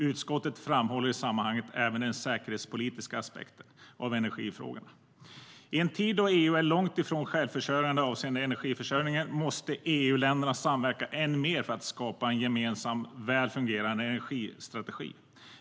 Utskottet framhåller i sammanhanget även den säkerhetspolitiska aspekten av energifrågorna.I en tid då EU är långt ifrån självförsörjande avseende energi måste EU länderna samverka än mer för att skapa en gemensam och väl fungerade energistrategi.